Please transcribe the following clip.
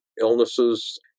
illnesses